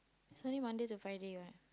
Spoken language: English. is only Mondays to Friday what